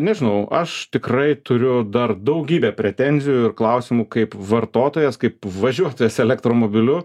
nežinau aš tikrai turiu dar daugybę pretenzijų ir klausimų kaip vartotojas kaip važiuotojas elektromobiliu